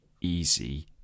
easy